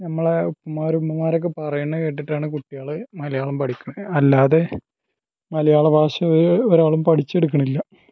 നമ്മളെ ഉമ്മമാരും ഉമ്മൂമമാരൊക്കെ പറയുന്ന കേട്ടിട്ടാണ് കുട്ടികൾ മലയാളം പഠിക്കുന്നത് അല്ലാതെ മലയാള ഭാഷയെ ഒരാളും പഠിച്ചെടുക്കുന്നില്ല